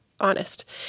honest